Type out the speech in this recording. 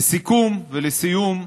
לסיכום ולסיום,